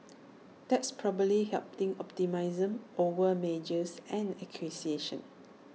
that's probably helping optimism over mergers and acquisitions